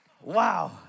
Wow